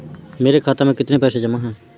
मेरे खाता में कितनी पैसे जमा हैं?